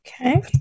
Okay